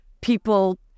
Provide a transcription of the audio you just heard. people